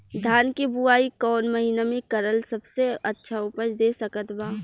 धान के बुआई कौन महीना मे करल सबसे अच्छा उपज दे सकत बा?